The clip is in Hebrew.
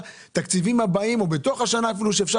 בתקציבים הבאים ואפילו בתוך השנה הזאת אפשר